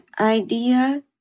idea